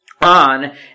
on